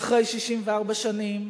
אחרי 64 שנים,